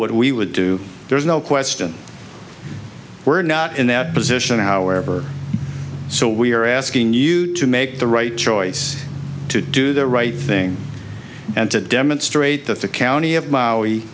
what we would do there's no question we're not in that position however so we are asking you to make the right choice to do the right thing and to demonstrate that the county of